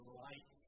light